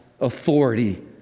authority